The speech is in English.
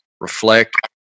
reflect